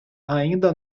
ainda